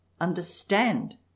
understand